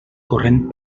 corrent